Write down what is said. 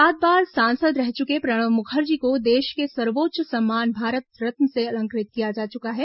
सात बार सांसद रह चुके प्रणब मुखर्जी को देश के सर्वोच्च सम्मान भारत रत्न से अलंकृत किया जा चुका है